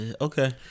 Okay